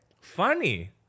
funny